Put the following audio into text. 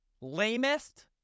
lamest